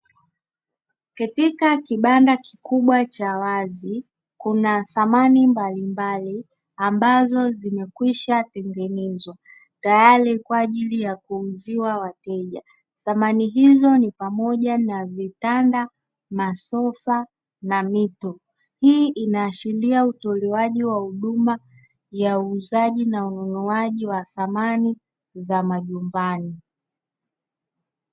Katika kibanda kikubwa cha wazi, kuna samani mbalimbali ambazo zimekwisha tengenezwa tayari kwa ajili ya kumhuzia wateja. Samani hizo ni pamoja na vitanda, masofa, na mito. Hii inaashiria utoaji wa huduma ya uuzaji na ununuaji wa samani za majumbani.